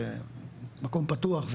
זה מקום פתוח,